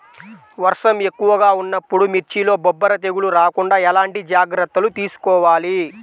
వర్షం ఎక్కువగా ఉన్నప్పుడు మిర్చిలో బొబ్బర తెగులు రాకుండా ఎలాంటి జాగ్రత్తలు తీసుకోవాలి?